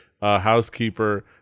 housekeeper